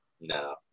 No